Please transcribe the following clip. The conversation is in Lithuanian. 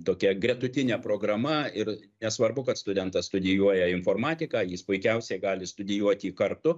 tokia gretutine programa ir nesvarbu kad studentas studijuoja informatiką jis puikiausiai gali studijuoti kartu